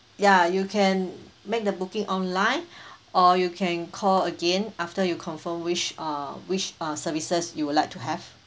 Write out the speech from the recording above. ya you can make the booking online or you can call again after you confirm which uh which uh services you would like to have